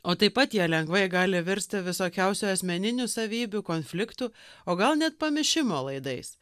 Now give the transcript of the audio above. o taip pat jie lengvai gali virsti visokiausių asmeninių savybių konfliktų o gal net pamišimo laidais